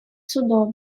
судом